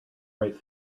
right